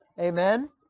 Amen